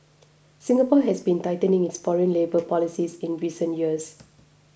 Singapore has been tightening its foreign labour policies in recent years